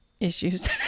issues